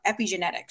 epigenetics